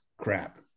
crap